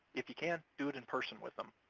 if you can, do it in person with them.